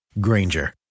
Granger